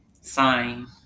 sign